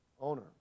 Owner